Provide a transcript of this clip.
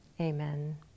Amen